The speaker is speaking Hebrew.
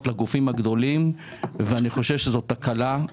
לגופים הגדולים ואני חושב שזאת תקלה,